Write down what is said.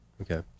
Okay